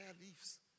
leaves